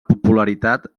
popularitat